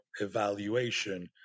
evaluation